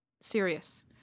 Serious